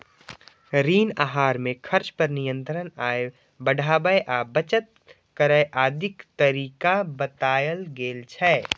ऋण आहार मे खर्च पर नियंत्रण, आय बढ़ाबै आ बचत करै आदिक तरीका बतायल गेल छै